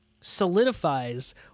solidifies